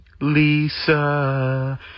Lisa